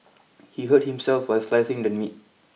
he hurt himself while slicing the meat